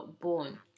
born